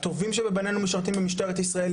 הטובים שבנינו משרתים במשטרת ישראל.